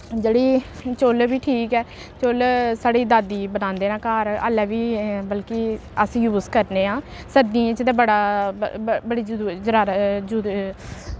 जेह्ड़ी चु'ल्ल बी ठीक ऐ चु'ल्ल साढ़ी दादी बनांदे न घर हाल्लैं बी बल्के अस यूज करने आं सर्दियें च ते बड़ा बड़ी जरूरी